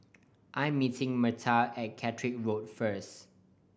I'm meeting Myrtle at Caterick Road first